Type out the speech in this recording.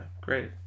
great